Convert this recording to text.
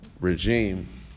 regime